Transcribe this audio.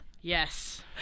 Yes